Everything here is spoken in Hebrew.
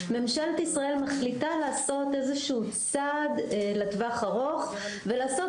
ממשלת ישראל מחליטה לעשות איזה שהוא צעד לטווח ארוך ולעשות